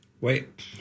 Wait